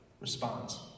responds